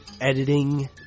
editing